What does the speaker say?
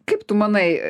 kaip tu manai